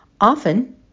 Often